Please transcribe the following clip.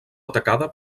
atacada